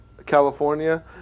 California